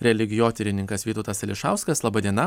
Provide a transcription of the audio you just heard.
religijotyrininkas vytautas ališauskas laba diena